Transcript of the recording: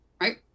right